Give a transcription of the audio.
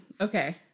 Okay